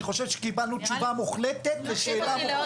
אני חושב שקיבלנו תשובה מוחלטת לשאלה מוחלטת.